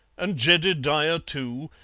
and jedediah too,